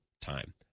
time